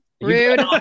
Rude